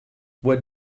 what